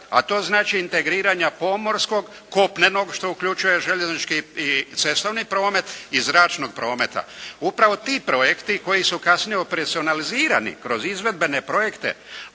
a to znači integriranja pomorskog, kopnenog, što uključuje željeznički i cestovni promet i zračnog prometa. Upravo ti projekti koji su kasnije opersonalizirani kroz izvedbene projekte,